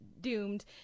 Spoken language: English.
doomed